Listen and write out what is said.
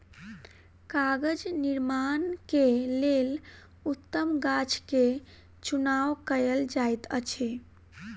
कागज़ निर्माण के लेल उत्तम गाछ के चुनाव कयल जाइत अछि